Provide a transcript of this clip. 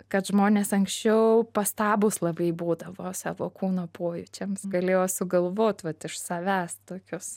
kad žmonės anksčiau pastabūs labai būdavo savo kūno pojūčiams galėjo sugalvot vat iš savęs tokius